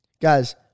Guys